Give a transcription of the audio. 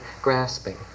grasping